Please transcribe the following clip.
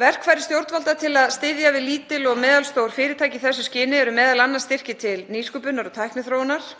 Verkfæri stjórnvalda til að styðja við lítil og meðalstór fyrirtæki í þessu skyni eru m.a. styrkir til nýsköpunar og tækniþróunar,